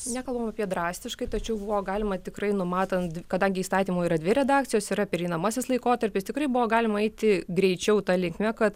nekalbam apie drastiškai tačiau buvo galima tikrai numatant kadangi įstatymu yra dvi redakcijos yra pereinamasis laikotarpis tikrai buvo galima eiti greičiau ta linkme kad